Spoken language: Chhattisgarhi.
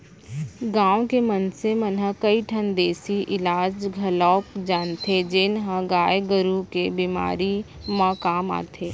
गांव के मनसे मन ह कई ठन देसी इलाज घलौक जानथें जेन ह गाय गरू के बेमारी म काम आथे